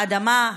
האדמה,